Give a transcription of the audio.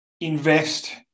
invest